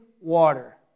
water